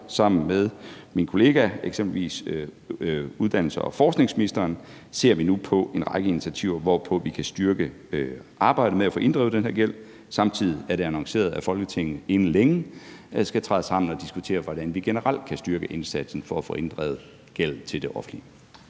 Sammen med min kollega, eksempelvis uddannelses- og forskningsministeren, ser vi nu på en række initiativer, hvormed vi kan styrke arbejdet med at få inddrevet den her gæld. Samtidig er det annonceret, at Folketinget inden længe skal træde sammen og diskutere, hvordan vi generelt kan styrke indsatsen for at få inddrevet gælden til det offentlige.